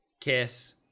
Kiss